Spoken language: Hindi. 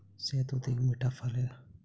शहतूत एक मीठा फल है